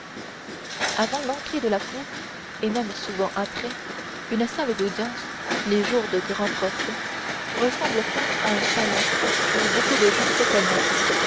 avant l'entrée de la cour et même souvent après une salle d'audience les jours de grands procès ressemble fort à un salon où beaucoup de gens se reconnaissent